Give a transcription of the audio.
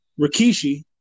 Rikishi